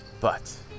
But-